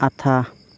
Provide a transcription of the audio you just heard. আঠা